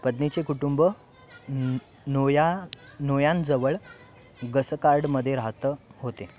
पत्नीचे कुटुंब नोया नोयांजवळ गसकार्डमध्ये राहत होते